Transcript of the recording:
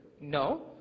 no